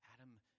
Adam